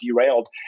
derailed